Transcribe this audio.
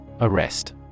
Arrest